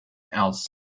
else